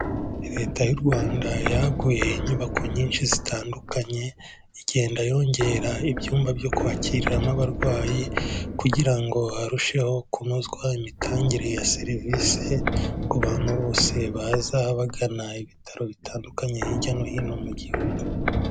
Leta y'u Rwanda yaguye inyubako nyinshi zitandukanye, igenda yongera ibyumba byo kwakiriramo abarwayi kugira ngo harusheho kunozwa imitangire ya serivise ku bantu bose baza bagana ibitaro bitandukanye hirya no hino mu gihugu.